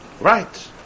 right